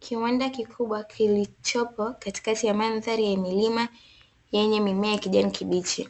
Kiwanda kikubwa kilichopo katikati ya mandhari ya milima yenye mimea ya kijani kibichi